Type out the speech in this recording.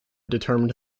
determined